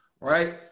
right